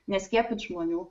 neskiepyt žmonių